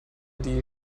die